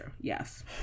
yes